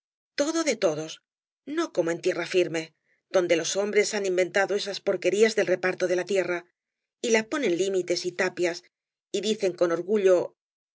todo de todos no como en tierra firme donde los hombres han inventado esas porquerías del reparto de la tierra y la ponen limites y tapias y dicen con orgullo